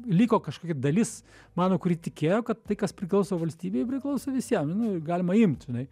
liko kažkokia dalis mano kuri tikėjo kad tai kas priklauso valstybei priklauso visiem nu galima imt žinai